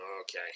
Okay